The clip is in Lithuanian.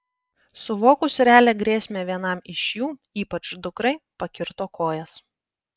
suvokus realią grėsmę vienam iš jų ypač dukrai pakirto kojas